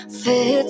fit